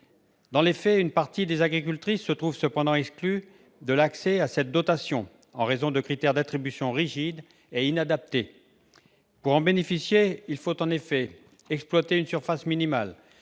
Dans les faits, une partie des agricultrices se trouve cependant exclue de l'accès à cette dotation, en raison de critères d'attribution rigides et inadaptés. Pour en bénéficier, il faut en effet exploiter une surface minimale,